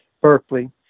Berkeley